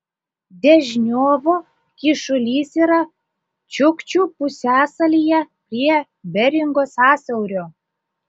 dežniovo kyšulys yra čiukčių pusiasalyje prie beringo sąsiaurio